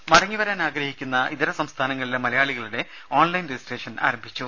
രുമ മടങ്ങിവരാൻ ആഗ്രഹിക്കുന്ന ഇതര സംസ്ഥാനങ്ങളിലെ മലയാളികളുടെ ഓൺലൈൻ രജിസ്ട്രേഷൻ ആരംഭിച്ചു